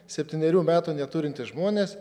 septynerių metų neturintys žmonės